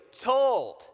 told